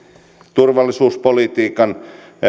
turvallisuuspolitiikan